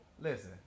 Listen